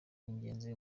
ingenzi